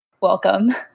welcome